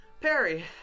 Perry